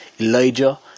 Elijah